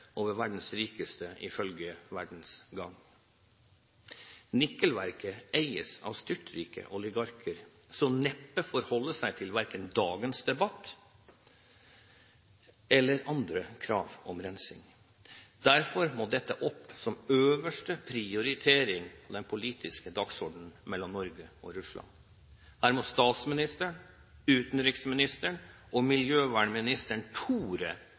over verdens rikeste, ifølge Verdens Gang. Nikkelverket eies av styrtrike oligarker som neppe forholder seg til dagens debatt – eller andre krav om rensing. Derfor må dette opp som øverste prioritering på den politiske dagsordenen mellom Norge og Russland. Her må statsministeren, utenriksministeren og miljøvernministeren tore